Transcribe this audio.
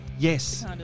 Yes